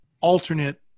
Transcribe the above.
alternate